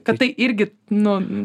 kad tai irgi nu